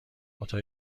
اتاق